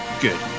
good